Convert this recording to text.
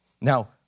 now